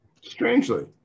strangely